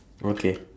okay